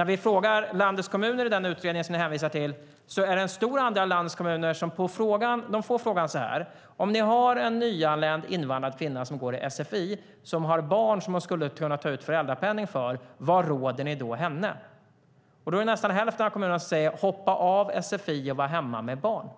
Om vi frågar landets kommuner vilket råd de ger en nyanländ kvinna som går i sfi och har barn som hon skulle kunna ta ut föräldrapenning för, visar den utredning som vi hänvisar till att nästan hälften av kommunerna svarar: Hoppa av sfi och var hemma med barnen.